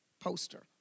poster